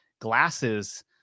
glasses